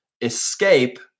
escape